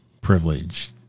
privilege